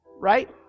right